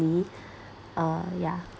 uh yah